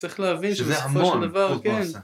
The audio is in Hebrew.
צריך להבין שזה סופו של דבר, כן.